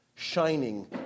shining